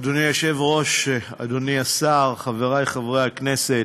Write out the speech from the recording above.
אדוני היושב-ראש, אדוני השר, חברי חברי הכנסת,